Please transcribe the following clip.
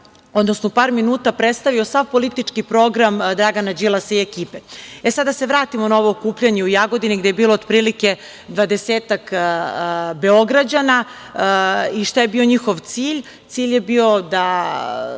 odnosno u par minuta predstavio sav politički program Drana Đilasa i ekipe. Da se sada vratimo na ovo okupljanje u Jagodini, gde je bilo otprilike dvadesetak Beograđana i šta je bio njihov cilj. Cilj je bio da